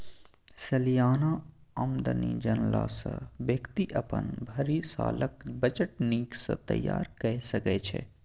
सलियाना आमदनी जनला सँ बेकती अपन भरि सालक बजट नीक सँ तैयार कए सकै छै